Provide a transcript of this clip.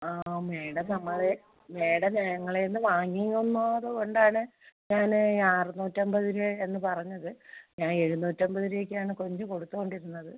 ആ മേഡം നമ്മളെ മേഡം ഞങ്ങളേന്ന് വാങ്ങിയിരുന്നത് കൊണ്ടാണ് ഞാൻ അറുന്നൂറ്റൻപത് രൂപ എന്ന് പറഞ്ഞത് ഞാൻ എഴുന്നൂറ്റൻപത് രൂപയ്ക്കാണ് കൊഞ്ച് കൊടുത്തോണ്ടിരുന്നത്